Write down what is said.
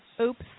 Oops